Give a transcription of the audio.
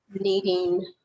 needing